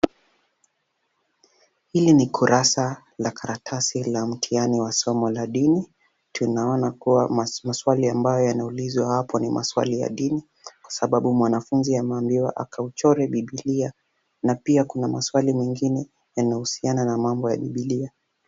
Hili ni kurasa la karatasi la mtihani wa somo la dini, tunaona kuwa maswali ambayo yanaulizwa hapo ni maswali ya dini kwa sababu, mwanafunzi ameambiwa akauchore Biblia na pia kuna maswali mengine yanahusiana na mambo ya Biblia.